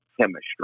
chemistry